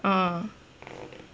ah